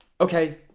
Okay